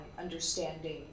understanding